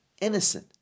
innocent